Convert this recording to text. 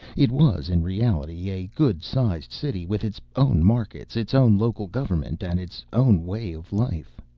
it was, in reality, a good-sized city with its own markets, its own local government, and its own way of life.